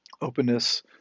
openness